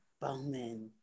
Bowman